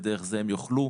ודרך זה הם יוכלו,